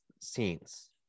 scenes